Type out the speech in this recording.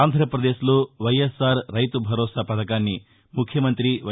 ఆంధ్రప్రదేశ్లో వైఎస్సార్ రైతు భరోసా పథకాన్ని ముఖ్యమంత్రి వై